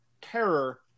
terror